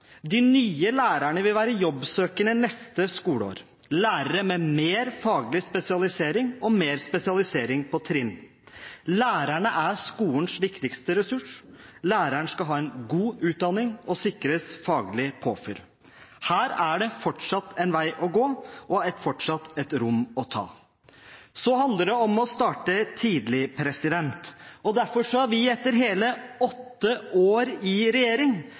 De nye lærerne vil være jobbsøkende neste skoleår – lærere med mer faglig spesialisering og mer spesialisering på trinn. Lærerne er skolens viktigste ressurs. Lærerne skal ha en god utdanning og sikres faglig påfyll. Her er det fortsatt en vei å gå og fortsatt et rom å fylle. Så handler det om å starte tidlig. Derfor har vi etter hele åtte år i regjering